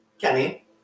Kenny